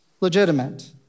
legitimate